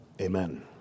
Amen